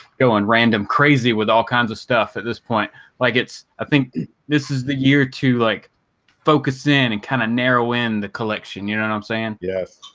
go and random crazy with all kinds of stuff at this point like it's i think this is the year to like focus in and kind of narrow in the collection you know and and i'm saying yes,